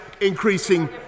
increasing